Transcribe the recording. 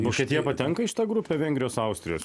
vokietija patenka į šitą grupę vengrijos austrijos